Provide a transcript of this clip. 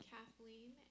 Kathleen